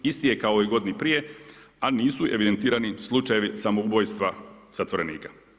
Isti je kao i u godini prije, a nisu evidentirani slučajevi samoubojstva zatvorenika.